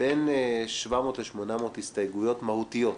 בבין 700 ל-800 הסתייגויות מהותיות.